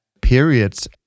periods